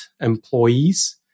employees